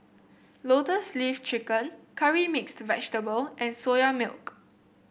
Lotus Leaf Chicken Curry Mixed Vegetable and Soya Milk